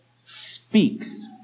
speaks